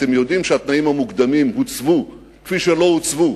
אתם יודעים שהתנאים המוקדמים הוצבו, כפי שלא הוצבו